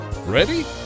Ready